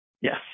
Yes